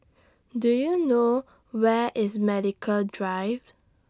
Do YOU know Where IS Medical Drive